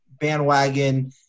bandwagon